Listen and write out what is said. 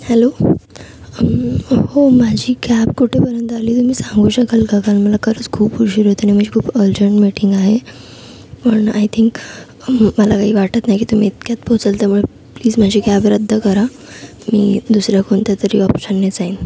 hello हो माझी cab कुठेपर्यंत आली तुम्ही सांगू शकाल का कारण मला खरंच खूप उशीर होतो आहे आणि माझी खूप अर्जंट मीटिंग आहे पण आय थिंक मला काही वाटत नाही की तुम्ही इतक्यात पोहोचाल त्यामुळे प्लीज माझी कॅब रद्द करा मी दुसऱ्या कोणत्यातरी ऑप्शननी जाईन